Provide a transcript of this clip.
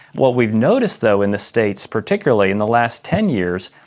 what we've noticed though in the states, particularly in the last ten years,